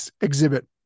exhibit